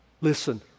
listen